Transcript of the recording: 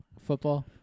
football